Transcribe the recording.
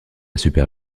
super